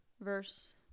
Verse